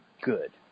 good